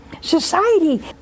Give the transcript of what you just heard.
Society